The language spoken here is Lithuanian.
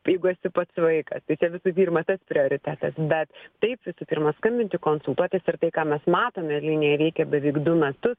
jeigu esi pats vaikas tai čia visų pirma tas prioritetas bet taip visų pirma skambinti konsultuotis ir tai ką mes matome linija veikia beveik du metus